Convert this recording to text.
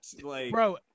Bro